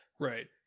Right